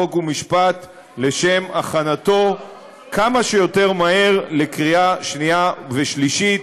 חוק ומשפט לשם הכנתו כמה שיותר מהר לקריאה שנייה ושלישית,